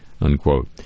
unquote